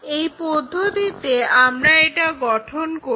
এই পদ্ধতিতে আমরা এটা গঠন করি